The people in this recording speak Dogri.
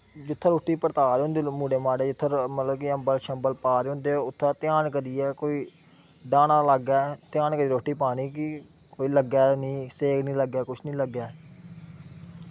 जित्थै रुट्टी परता दे होंदी मतलब कि अम्बल शम्बल परता दे होंदे ते ध्यान करियै कोई डहानै दै लाग्गै रोटी पानी कि कोई लग्गै निं सेक निं लग्गै कुछ निं लग्गै